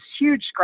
huge